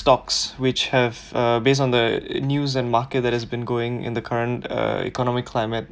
stocks which have uh based on the news and market that has been going in the current uh economic climate